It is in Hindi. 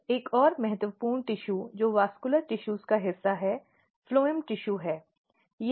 अब एक और महत्वपूर्ण टिशू जो वेस्क्यलर टिशूज का हिस्सा है फ्लोएम टिशू है